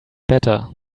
better